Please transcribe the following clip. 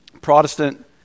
Protestant